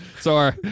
Sorry